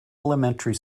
elementary